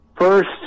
First